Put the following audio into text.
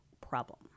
problem